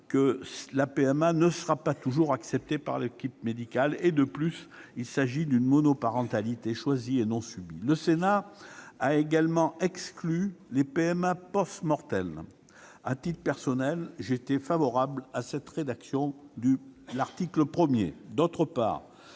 que celle-ci ne sera pas toujours acceptée par l'équipe médicale. De plus, il s'agit une monoparentalité choisie et non subie. Le Sénat a également exclu les PMA. À titre personnel, je suis favorable à cette rédaction de l'article 1.